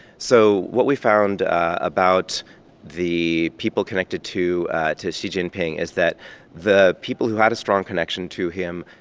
so what we found about the people connected to to xi jinping is that the people who had a strong connection to him,